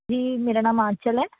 ਜੀ ਮੇਰਾ ਨਾਮ ਆਂਚਲ ਹੈ